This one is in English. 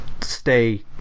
stay